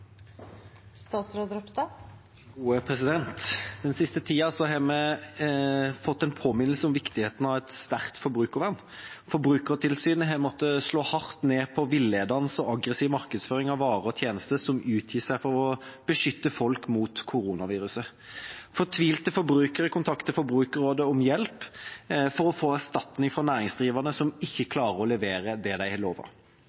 siste tida har vi fått en påminnelse om viktigheten av et sterkt forbrukervern. Forbrukertilsynet har måttet slå hardt ned på villedende og aggressiv markedsføring av varer og tjenester som utgir seg for å beskytte folk mot koronaviruset. Fortvilte forbrukere kontakter Forbrukerrådet for å få hjelp til å få erstatning fra næringsdrivende som ikke